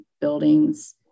buildings